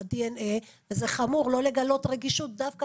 ב-DNA וזה חמור לא לגלות רגישות דווקא